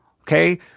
okay